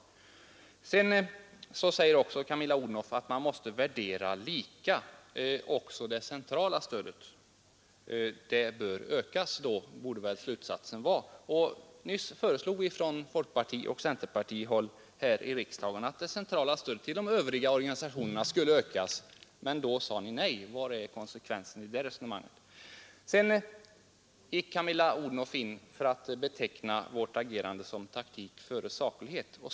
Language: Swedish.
Camilla Odhnoff framhåller också att det centrala stödet måste värderas lika så att övriga ungdomsorganisationer ges bättre resurser. Nyss föreslog vi från folkpartioch centerpartihåll i riksdagen att det centrala stödet till övriga organisationer skulle ökas, men då sade ni nej. Var finns konsekvensen? Vårt agerande betecknade Camilla Odhnoff som taktik före saklighet.